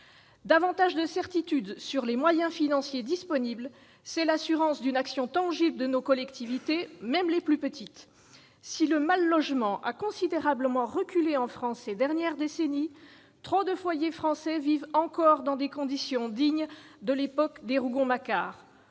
Davantage de certitudes quant aux moyens financiers disponibles, c'est l'assurance d'une action tangible de nos collectivités, même les plus petites d'entre elles. Si le mal-logement a considérablement reculé en France ces dernières décennies, trop de foyers français vivent encore dans des conditions dignes de l'époque des Rougon-Macquart.